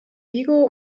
vigo